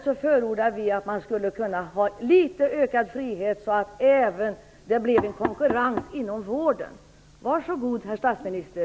Vi förordar en något ökad frihet, så att det även kan bli en konkurrens inom vården. Varsågod herr statsminister!